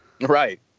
Right